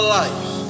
life